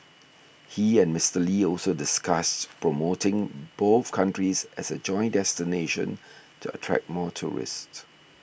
he and Mister Lee also discussed promoting both countries as a joint destination to attract more tourists